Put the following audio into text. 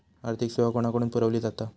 आर्थिक सेवा कोणाकडन पुरविली जाता?